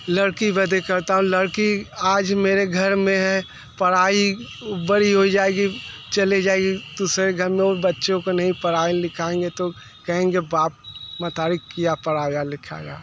लड़की बदे करता हूँ लड़की आज मेरे घर में है पढ़ाई वो बड़ी हो जाएगी चले जाएगी दूसरे घर में वो बच्चों को नहीं पढ़ाई लिखाएंगे तो कहेंगे बाप मतारी किया पढ़ाया लिखाया